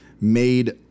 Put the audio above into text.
made